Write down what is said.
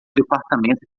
departamento